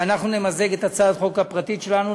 שאנחנו נמזג את הצעת החוק הפרטית שלנו,